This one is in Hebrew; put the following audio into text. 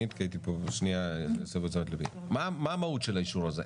מה המהות של האישור הזה?